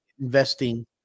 investing